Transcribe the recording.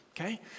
okay